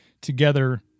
together